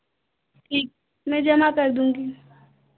ठीक मैं जमा कर दूँगी